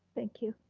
thank you.